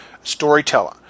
storyteller